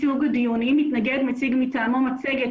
אם מתנגד מציג מטעמו מצגת,